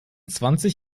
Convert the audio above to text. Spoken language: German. zwanzig